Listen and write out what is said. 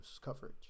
coverage